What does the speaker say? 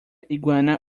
iguana